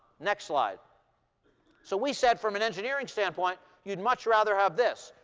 next slide so we said, from an engineering standpoint, you'd much rather have this.